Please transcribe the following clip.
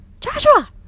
Joshua